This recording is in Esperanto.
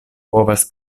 povas